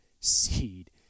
seed